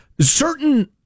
certain